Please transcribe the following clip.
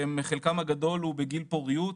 שהן בחלקן הגדול הוא בגיל פוריות,